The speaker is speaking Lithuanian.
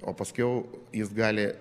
o paskiau jis gali